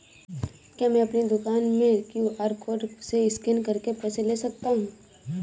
क्या मैं अपनी दुकान में क्यू.आर कोड से स्कैन करके पैसे ले सकता हूँ?